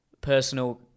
personal